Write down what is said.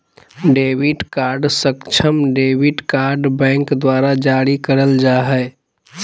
debit card सक्षम debit card bank द्वारा जारी करल जा हइ